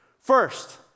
First